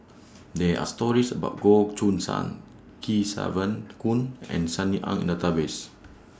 There Are stories about Goh Choo San Kesavan Goon and Sunny Ang The Database